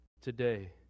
today